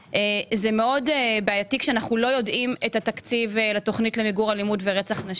אני רוצה למקד את הנושא שעליו אני רוצה לדבר בנושא אלימות מינית.